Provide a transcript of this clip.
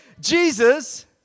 Jesus